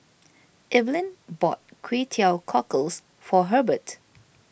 Eveline bought Kway Teow Cockles for Herbert